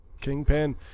Kingpin